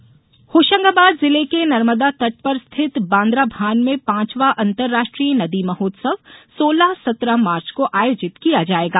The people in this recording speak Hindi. नदी महोत्सव होशंगाबाद जिले के नर्मदा तट पर स्थित बांद्राभान में पांचवा अंतराष्ट्रीय नदी महोत्सव सोलह सत्रह मार्च को आयोजित किया जाएगा